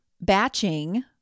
Batching